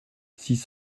six